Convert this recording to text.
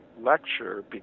lecture